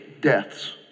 deaths